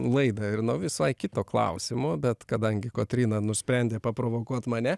laidą ir nuo visai kito klausimo bet kadangi kotryna nusprendė paprovokuot mane